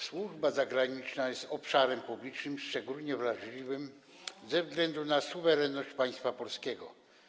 Służba zagraniczna jest obszarem publicznym szczególnie wrażliwym ze względu na suwerenność państwa polskiego.